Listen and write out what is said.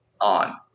on